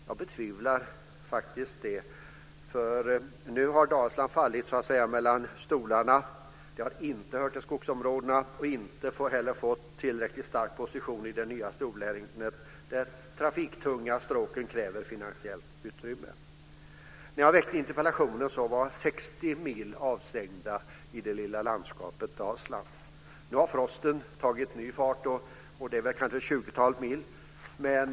Jag betvivlar faktiskt det. Nu har Dalsland så att säga fallit mellan stolarna. Det har inte hört till skogsområdena, och det har inte heller fått tillräckligt stark position i det nya storlänet där de trafiktunga stråken kräver finansiellt utrymme. När jag väckte interpellationen var 60 mil avstängda i det lilla landskapet Dalsland. Nu har frosten tagit ny fart, och det är kanske tjugotalet mil till.